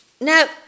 Now